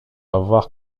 avoir